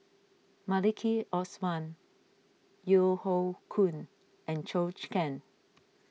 Maliki Osman Yeo Hoe Koon and Zhou chicken